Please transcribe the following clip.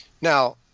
Now